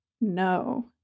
no